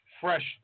fresh